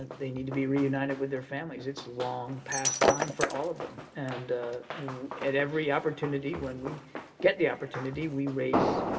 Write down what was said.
they need to be reunited with their families. it's long past time for all of them. and at every opportunity, when we get the opportunity, we raise